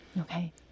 Okay